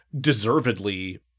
deservedly